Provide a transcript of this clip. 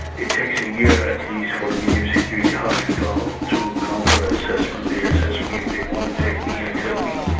it takes a year at least for the medium-security hospital to come for assessment, they assess me, if they want to take me, accept me,